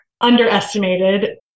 underestimated